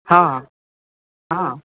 हँ हँ